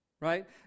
Right